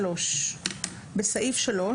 (3)בסעיף 3,